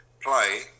play